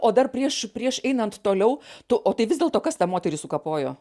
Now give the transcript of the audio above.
o dar prieš prieš einant toliau tu o tai vis dėlto kas tą moterį sukapojo